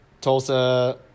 Tulsa